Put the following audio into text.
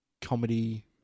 comedy